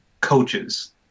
coaches